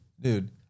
dude